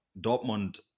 Dortmund